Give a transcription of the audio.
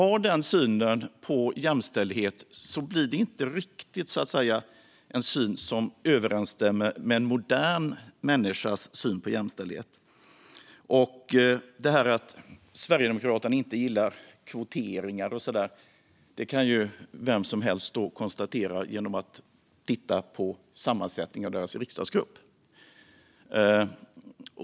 Den synen på jämställdhet överensstämmer inte riktigt med en modern människas syn på jämställdhet. Att Sverigedemokraterna inte gillar kvotering och så där kan vem som helst konstatera genom att titta på sammansättningen av deras riksdagsgrupp.